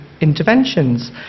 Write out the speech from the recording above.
interventions